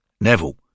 Neville